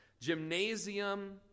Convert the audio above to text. gymnasium